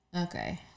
okay